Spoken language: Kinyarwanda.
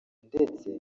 ndetse